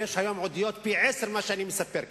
יש היום עדויות פי-10 ממה שאני מספר כאן.